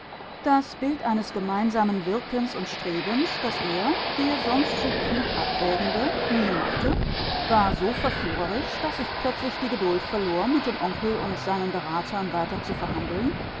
das bild eines gemeinsamen wirkens und strebens das er der sonst so kühl abwägende mir machte war so verführerisch daß ich plötzlich die geduld verlor mit dem onkel und seinen beratern weiter zu verhandeln